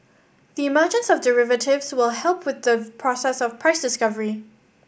the emergence of derivatives will help with the process of price discovery